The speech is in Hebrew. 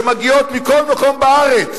שמגיעות מכל מקום בארץ,